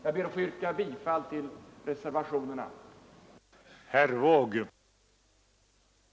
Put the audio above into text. Jag ber att få yrka bifall till reservationerna 1 och 2.